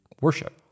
worship